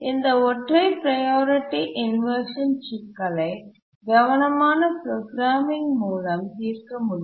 இந்த ஒற்றை priority inversion சிக்கலை கவனமான ப்ரோக்ராமிங் மூலம் தீர்க்க முடியும்